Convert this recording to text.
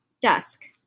dusk